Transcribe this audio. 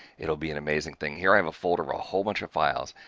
it'll be an amazing thing. here, i have a folder, ah a whole bunch of files,